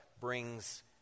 brings